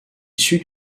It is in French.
issue